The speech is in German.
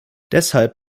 deshalb